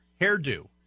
hairdo